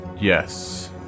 Yes